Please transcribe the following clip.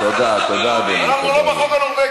גברתי סגנית שר החוץ החרוצה.